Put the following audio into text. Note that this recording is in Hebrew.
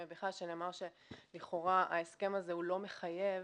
שנאמר שלכאורה ההסכם הזה לא מחייב.